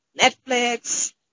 Netflix